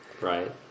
Right